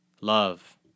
love